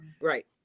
Right